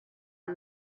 amb